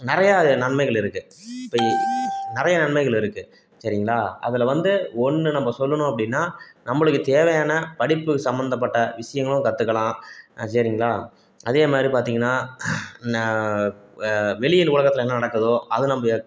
நிறையா நன்மைகள் இருக்குது இப்போ நிறையா நன்மைகள் இருக்குது சரிங்களா அதில் வந்து ஒன்று நம்ம சொல்லணும் அப்படினா நம்மளுக்கு தேவையான படிப்பு சம்மந்தப்பட்ட விஷயங்களும் கற்றுக்கலாம் சரிங்களா அதே மாதிரி பார்த்திங்கன்னா வெளியில் உலகத்தில் என்ன நடக்குதோ அது நம்ல